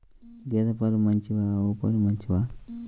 గేద పాలు మంచివా ఆవు పాలు మంచివా?